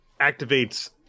activates